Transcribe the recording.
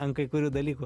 ant kai kurių dalykų